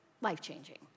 life-changing